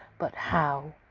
but how?